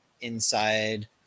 inside